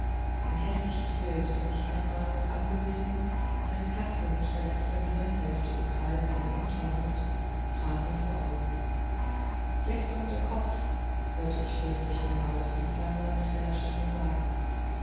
ein häßliches bild das ich einmal mit angesehen eine katze mit verletzter gehirnhälfte im kreise herumtaumelnd trat vor mein auge jetzt kommt der kopf hörte ich plötzlich den maler vrieslander mit heller stimme sagen